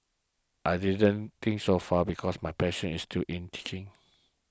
I didn't think so far because my passion is too in teaching